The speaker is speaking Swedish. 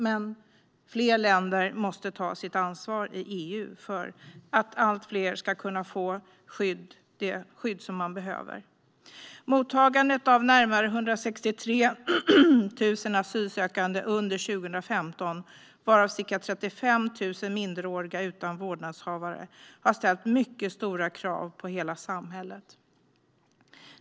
Men fler länder måste ta sitt ansvar i EU för att allt fler ska kunna få det skydd som man behöver. Mottagandet av närmare 163 000 asylsökande under 2015, varav ca 35 000 minderåriga utan vårdnadshavare, har ställt mycket stora krav på hela samhället.